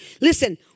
listen